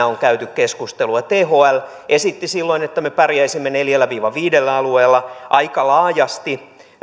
on käyty keskustelua thl esitti silloin että me pärjäisimme neljällä viiva viidellä alueella aika laajasti